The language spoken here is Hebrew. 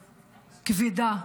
כבדה,